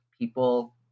people